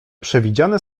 przewidziane